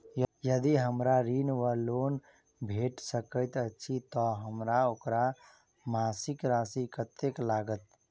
यदि हमरा ऋण वा लोन भेट सकैत अछि तऽ हमरा ओकर मासिक राशि कत्तेक लागत?